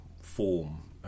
form